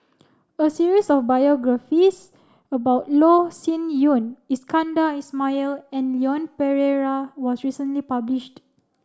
a series of biographies about Loh Sin Yun Iskandar Ismail and Leon Perera was recently published